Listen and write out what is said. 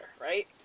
right